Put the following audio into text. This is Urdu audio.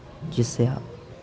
جس سے آپ